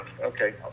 Okay